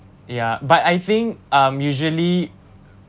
ya but I think um usually